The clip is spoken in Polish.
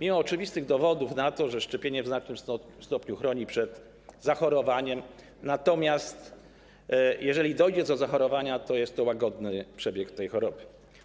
mimo oczywistych dowodów wskazujących na to, że szczepienie w znacznym stopniu chroni przed zachorowaniem, natomiast jeżeli dojdzie do zachorowania, to ma wpływ na łagodny przebieg tej choroby.